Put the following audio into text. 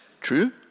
True